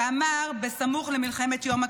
שאמר בסמוך למלחמת יום הכיפורים: